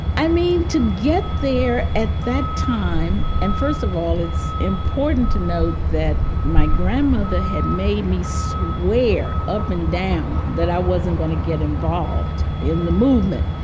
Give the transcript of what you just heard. i mean to get there at that time and first of all, it's important to note that my grandmother had made me swear up and down that i wasn't going to get involved in the movement,